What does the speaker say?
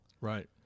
Right